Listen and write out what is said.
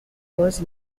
باز